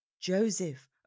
Joseph